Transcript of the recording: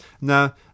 Now